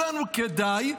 ולכולנו כדאי,